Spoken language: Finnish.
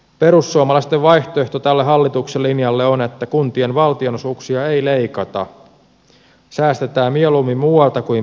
perussuomalaisten vaihtoehto tälle hallituksen linjalle on että kuntien valtionosuuksia ei leikata säästetään mieluummin muualta kuin peruspalveluista